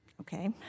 okay